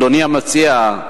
אדוני המציע,